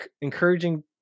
encouraging